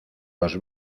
los